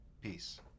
Peace